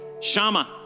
Shama